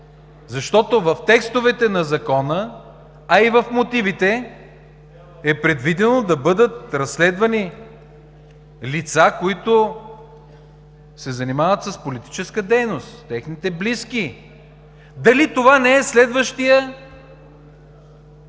защото в текстовете на Закона, а и в мотивите е предвидено да бъдат разследвани лица, които се занимават с политическа дейност, техните близки. Дали това не е следващият